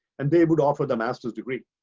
and they're able to offer the master's degree.